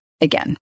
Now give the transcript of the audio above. again